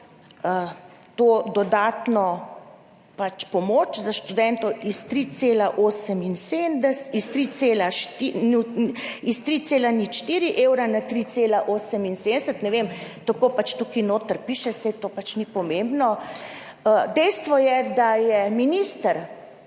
ta dodatno pomoč za študente iz 3,04 evra na 3,78, ne vem, tako tukaj notri piše, saj to ni pomembno, dejstvo je, da je minister